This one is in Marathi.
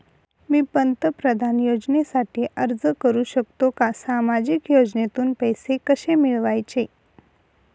मी पंतप्रधान योजनेसाठी अर्ज करु शकतो का? सामाजिक योजनेतून पैसे कसे मिळवायचे